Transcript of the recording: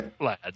lad